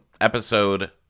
episode